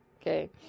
Okay